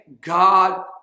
God